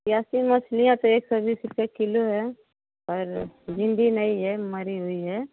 चियासी मछलियाँ तो एक सौ बीस रुपये किलो है पर जिंदा नहीं है मरी हुई है